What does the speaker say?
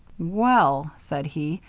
well, said he,